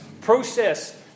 process